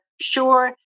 sure